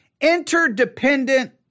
Interdependent